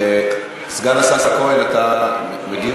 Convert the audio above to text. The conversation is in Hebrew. סגן השר כהן, אתה מגיב?